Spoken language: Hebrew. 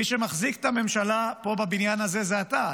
מי שמחזיק את הממשלה פה בבניין הזה זה אתה,